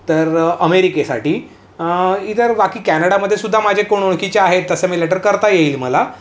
तर अमेरिकेसाटी इतर बाकी कॅनडामदे सुद्धा माझे कोण ओळखीचे आहेत तसं मी लेटर करता येईल मला